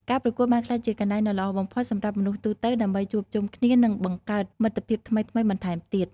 ការប្រកួតបានក្លាយជាកន្លែងដ៏ល្អបំផុតសម្រាប់មនុស្សទូទៅដើម្បីជួបជុំគ្នា និងបង្កើតមិត្តភាពថ្មីៗបន្ថែមទៀត។